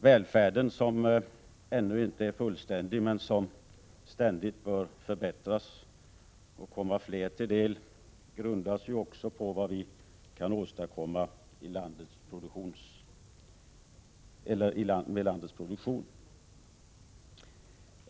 Välfärden, som ännu inte är fullständig men som ständigt bör förbättras och komma fler till del, grundas ju också på vad vi kan åstadkomma med landets produktion.